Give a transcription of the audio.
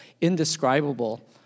indescribable